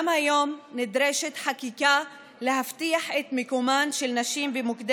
גם היום נדרשת חקיקה להבטיח את מקומן של נשים במוקדי